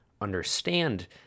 understand